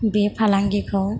बे फालांगिखौ